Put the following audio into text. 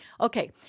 Okay